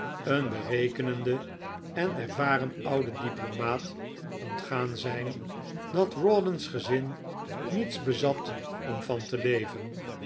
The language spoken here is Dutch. een berekenden en ervaren ouden diplomaat ontgaan zijn dat rawdon's gezin niets bezat om van te leven